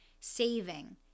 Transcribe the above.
saving